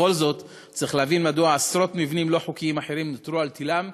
בכל זאת צריך להבין מדוע עשרות מבנים לא חוקיים אחרים נותרים על כנם,